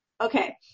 okay